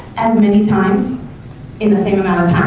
and many times in the same amount